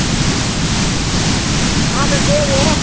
अच्छा हाँ तो देंगे